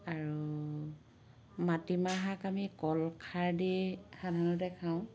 আৰু মাটিমাহ শাক আমি কলখাৰ দি সাধাৰণতে খাওঁ